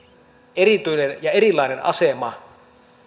erityinen ja erilainen asema